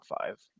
five